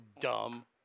dumb